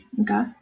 Okay